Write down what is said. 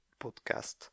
podcast